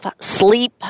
sleep